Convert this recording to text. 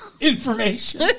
information